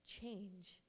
change